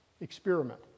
Experiment